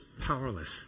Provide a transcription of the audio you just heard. powerless